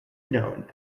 known